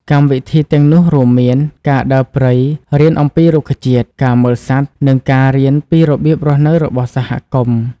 កម្មវិធីទាំងនោះរួមមានការដើរព្រៃរៀនអំពីរុក្ខជាតិ ការមើលសត្វ និងការរៀនពីរបៀបរស់នៅរបស់សហគមន៍។